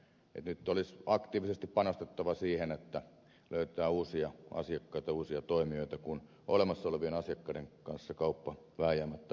nyt olisi aktiivisesti panostettava siihen että löytää uusia asiakkaita uusia toimijoita kun olemassa olevien asiakkaiden kanssa kauppa vääjäämättä vähenee